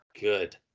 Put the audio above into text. good